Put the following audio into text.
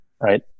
right